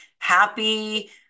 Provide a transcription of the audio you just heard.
happy